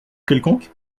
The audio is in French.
quelconque